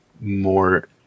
more